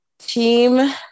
Team